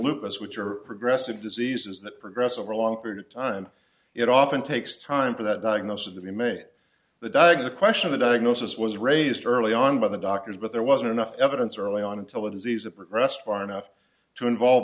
lupus which are progressive diseases that progress over a long period of time it often takes time for that diagnosis that the main the diagnose question the diagnosis was raised early on by the doctors but there wasn't enough evidence early on until the disease a progressed far enough to involve